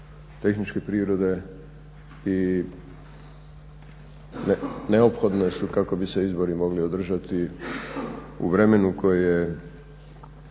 tehničke prirode i neophodne su kako bi se izbori mogli održati u vremenu koje je